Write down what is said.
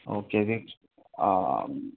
okay ꯍꯧꯖꯤꯛ